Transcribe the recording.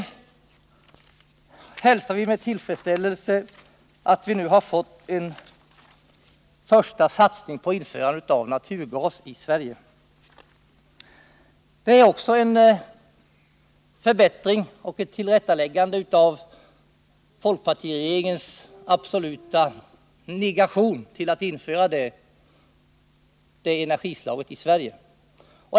Vi hälsar med tilifredsställelse att en första satsning på införande av naturgas i Sverige nu görs. Det är en förbättring och ett tillrättaläggande av folkpartiregeringens absoluta vägran att införa det energislaget i Sverige.